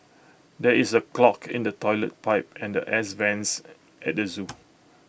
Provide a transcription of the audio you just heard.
there is A clog in the Toilet Pipe and airs vents at the Zoo